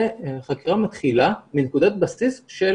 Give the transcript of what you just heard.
הוא שהחקירה מתחילה מנקודת בסיס של